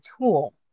tool